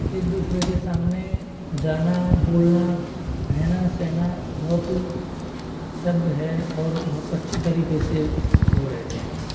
एक दूसरे के सामने जाना बोलना रहना सहना बहुत सब है और बहुत अच्छे तरीके से वह रहते हैं